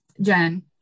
Jen